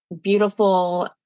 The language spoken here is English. beautiful